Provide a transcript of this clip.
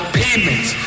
payments